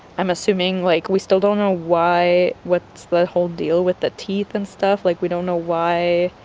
i'm assuming like, we still don't know why what's the whole deal with the teeth and stuff like we don't know why,